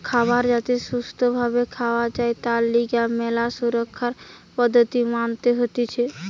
খাবার যাতে সুস্থ ভাবে খাওয়া যায় তার লিগে ম্যালা সুরক্ষার পদ্ধতি মানতে হতিছে